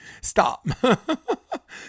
Stop